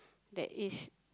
that is